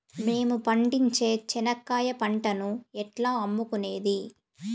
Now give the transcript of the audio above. మేము పండించే చెనక్కాయ పంటను ఎట్లా అమ్ముకునేది?